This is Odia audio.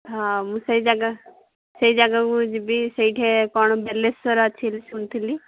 ହଁ ମୁଁ ସେଇ ଜାଗା ସେଇ ଜାଗାକୁ ଯିବି ସେଇଠେ କ'ଣ ବେଲେଶ୍ଵର ଅଛି ଶୁଣିଥିଲି